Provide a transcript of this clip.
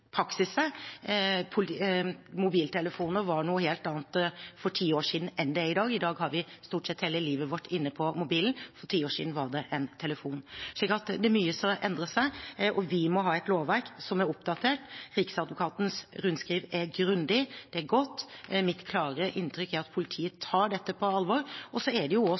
var noe helt annet for ti år siden enn i dag. I dag har vi stort sett hele livet vårt inne på mobilen, for ti år siden var det en telefon. Mye endrer seg, og vi må ha et lovverk som er oppdatert. Riksadvokatens rundskriv er grundig, det er godt. Mitt klare inntrykk er at politiet tar dette på alvor. Det er også slik at politiet står i mange vanskelige situasjoner og